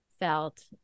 felt